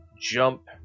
jump